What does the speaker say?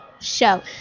show